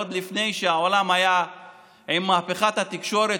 עוד לפני שהעולם היה עם מהפכת התקשורת,